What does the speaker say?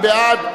מי בעד?